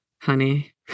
honey